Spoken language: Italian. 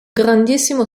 grandissimo